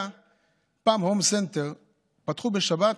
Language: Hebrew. פעם הום סנטר פתחו בשבת,